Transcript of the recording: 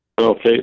Okay